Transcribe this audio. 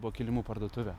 buvo kilimų parduotuvė